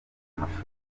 gutangiza